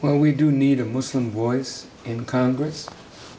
when we do need a muslim voices in congress